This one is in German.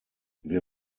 wir